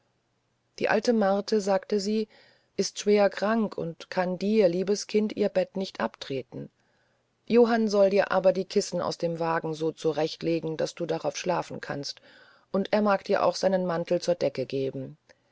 die alte marthe sagte sie ist schwer krank und kann dir liebes kind ihr bett nicht abtreten johann soll dir aber die kissen aus dem wagen so zurechtlegen daß du darauf schlafen kannst und er mag dir auch seinen mantel zur decke geben